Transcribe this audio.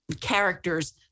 characters